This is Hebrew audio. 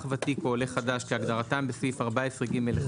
ותיק או עולה חדש כהגדרתם בסעיף 14ג1(א),